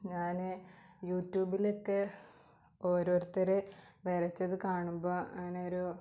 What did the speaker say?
ഞാൻ യുട്യൂബിലൊക്കെ ഓരോരുത്തർ വരച്ചത് കാണുമ്പോൾ അങ്ങനെ ഒരു